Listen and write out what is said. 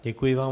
Děkuji vám.